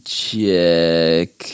check